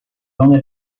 only